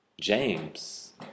James